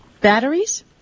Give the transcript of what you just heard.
Batteries